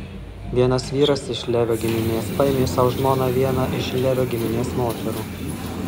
vienas vyras iš levio giminės paėmė sau žmona vieną iš levio giminės moterų